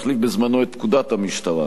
שהחליף בזמנו את פקודת המשטרה.